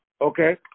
Okay